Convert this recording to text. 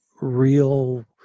real